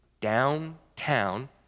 downtown